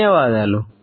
ధన్యవాదాలు